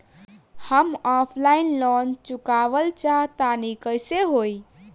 हम offline loan चुकावल चाहऽ तनि कइसे होई?